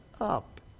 up